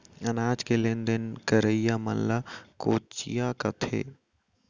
अनाज के लेन देन करइया मन ल कोंचिया कथें